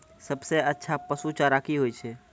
सबसे अच्छा पसु चारा की होय छै?